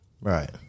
Right